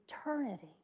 eternity